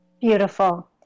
Beautiful